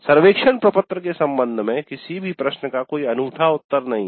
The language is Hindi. सर्वेक्षण प्रपत्र के संबंध में किसी भी प्रश्न का कोई अनूठा उत्तर नहीं है